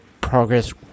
progress